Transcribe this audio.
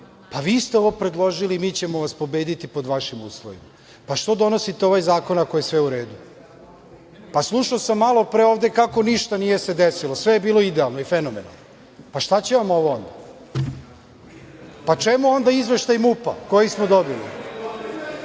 pa, vi ste ovo predložili i mi ćemo vas pobediti pod vašim uslovima. Pa, što donosite ovaj zakon ako je sve u redu? Slušao sam malopre ovde kako ništa nije se desilo, sve je bilo idealno i fenomenalno. Pa, šta će vam ovo onda? Čemu onda izveštaj MUP koji smo dobili?